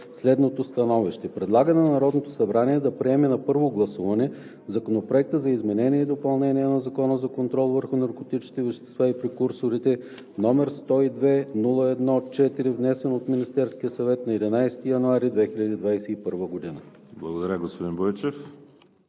следното становище: Предлага на Народното събрание да приеме на първо гласуване Законопроект за изменение и допълнение на Закона за контрол върху наркотичните вещества и прекурсорите, № 102-01-4, внесен от Министерския съвет на 11 януари 2021 г.“ ПРЕДСЕДАТЕЛ ВАЛЕРИ СИМЕОНОВ: Благодаря, господин Бойчев.